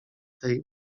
tej